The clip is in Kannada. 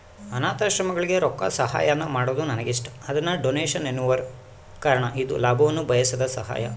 ಅನಾಥಾಶ್ರಮಗಳಿಗೆ ರೊಕ್ಕಸಹಾಯಾನ ಮಾಡೊದು ನನಗಿಷ್ಟ, ಅದನ್ನ ಡೊನೇಷನ್ ಎನ್ನುವರು ಕಾರಣ ಇದು ಲಾಭವನ್ನ ಬಯಸದ ಸಹಾಯ